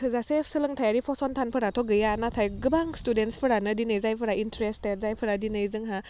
थोजासे सोलोंथाइयारि फसंथानफोराथ' गैया नाथाय गोबां स्टुडेन्टसफोरानो दिनै जायफोरा इन्टारेस्टेट जायफोरा दिनै जोंहा